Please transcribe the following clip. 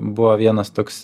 buvo vienas toks